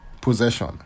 possession